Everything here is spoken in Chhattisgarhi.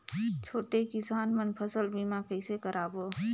छोटे किसान मन फसल बीमा कइसे कराबो?